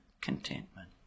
contentment